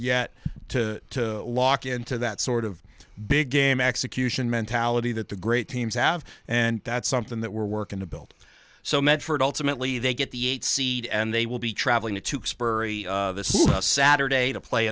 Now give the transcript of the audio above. yet to lock into that sort of big game execution mentality that the great teams have and that's something that we're working to build so medford ultimately they get the eight seed and they will be traveling to tewksbury saturday to play